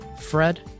Fred